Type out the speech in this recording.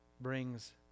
brings